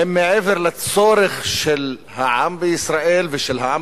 הן מעבר לצורך של העם בישראל ושל העם